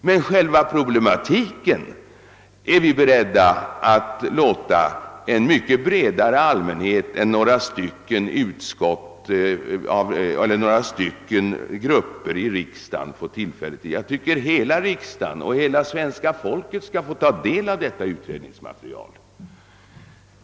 Men själva problematiken är vi beredda att låta en mycket bredare allmänhet än några grupper i riksdagen och andra få tillfälle att ta del av. Jag tycker att hela riksdagen och hela svenska folket skall få ta del av detta utredningsmaterial.